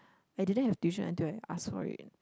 I didn't have tuition until I asked for it